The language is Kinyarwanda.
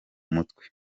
mutwe